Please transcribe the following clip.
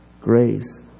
Grace